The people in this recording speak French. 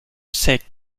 sec